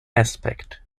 aspect